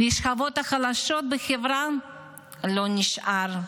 לשכבות החלשות בחברה לא נשאר,